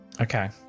Okay